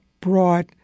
brought